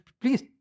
please